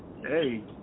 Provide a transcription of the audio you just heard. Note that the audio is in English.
hey